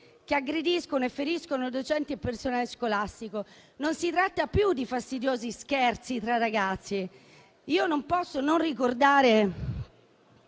che aggrediscono e feriscono docenti e personale scolastico. Non si tratta più di fastidiosi scherzi tra ragazzi. Io non posso non ricordare